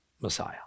Messiah